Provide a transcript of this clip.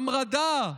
המרדה.